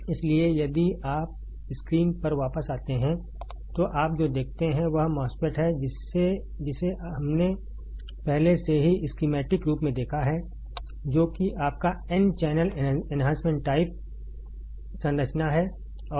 इसलिए यदि आप स्क्रीन पर वापस आते हैं तो आप जो देखते हैं वह MOSFET है जिसे हमने पहले से ही इस स्कीमैटिक रूप में देखा है जो कि आपका n चैनल एन्हांसमेंट टाइप संरचना है